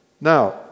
Now